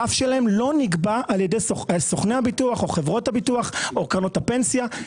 הרף שלהם לא נקבע על ידי סוכני הביטוח או חברות הביטוח או קרנות הפנסיה,